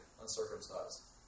uncircumcised